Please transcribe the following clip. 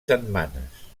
setmanes